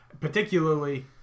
Particularly